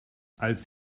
als